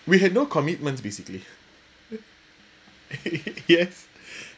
we had no commitments basically yes